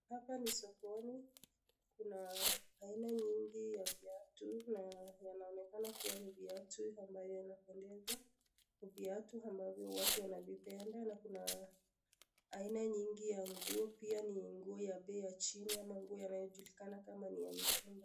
Hapa ni sokoni. Kuna aina nyingi ya viatu na yanaonekana kuwa ni viatu ambayo inapendeza. Ni viatu ambavyo watu wanavipenda na kuna aina nyingi ya nguo pia. Ni nguo ya bei ya chini ama nguo yanayojulikana kama ni ya mitumba.